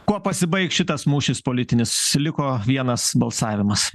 kuo pasibaigs šitas mūšis politinis liko vienas balsavimas